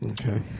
Okay